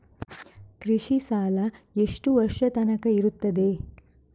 ಕೃಷಿ ಸಾಲ ಎಷ್ಟು ವರ್ಷ ತನಕ ಇರುತ್ತದೆ?